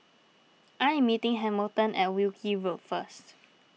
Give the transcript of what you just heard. I am meeting Hamilton at Wilkie Road first